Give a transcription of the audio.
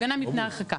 הגנה מפני הרחקה.